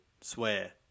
swear